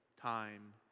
time